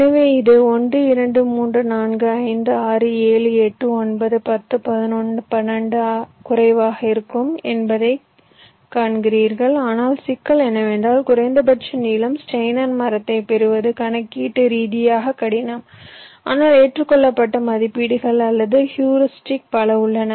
எனவே இது 1 2 3 4 5 6 7 8 9 10 11 12 குறைவாக இருக்கும் என்பதை காண்கிறீர்கள் ஆனால் சிக்கல் என்னவென்றால் குறைந்தபட்ச நீளம் ஸ்டெய்னர் மரத்தைப் பெறுவது கணக்கீட்டு ரீதியாக கடினம் ஆனால் ஏற்றுக்கொள்ளப்பட்ட மதிப்பீடுகள் அல்லது ஹியூரிஸ்டிக்ஸ் பல உள்ளன